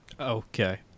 Okay